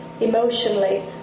emotionally